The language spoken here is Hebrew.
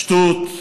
שטות?